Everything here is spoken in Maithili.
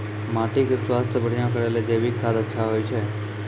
माटी के स्वास्थ्य बढ़िया करै ले जैविक खाद अच्छा होय छै?